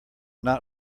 not